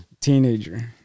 Teenager